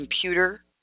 computer